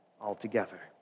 altogether